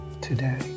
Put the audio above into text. today